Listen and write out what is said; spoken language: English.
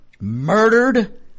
murdered